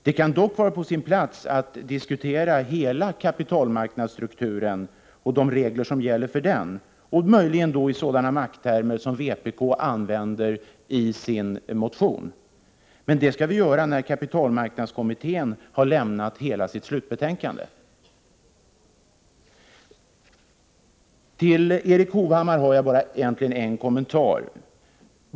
Det kan dock vara på sin plats att diskutera hela kapitalmarknadsstrukturen och de regler som gäller för den, möjligen i sådana makttermer som vpk använder i sin motion. Men det skall vi göra när kapitalmarknadskommittén har lämnat hela sitt slutbetänkande. Till det Erik Hovhammar sade skall jag bara göra en enda kommentar.